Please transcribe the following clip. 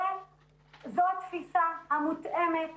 זו התפיסה המותאמת והנכונה,